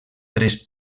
tres